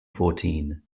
fourteen